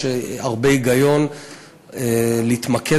יש הרבה היגיון להתמקד,